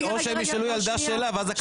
או שהם ישאלו ילדה שאלה --- מה היא צריכה להגיד.